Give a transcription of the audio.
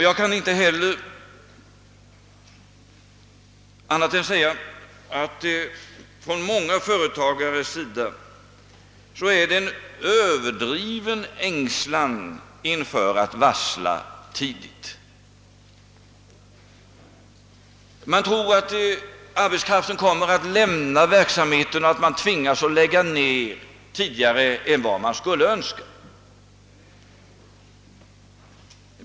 Jag kan inte heller säga annat än att många företagare har en överdriven ängslan för att varsla tidigt. Man tror att arbetskraften kommer att flytta och att man skall tvingas lägga ned verksamheten tidigare än vad som vore önskvärt.